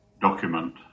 document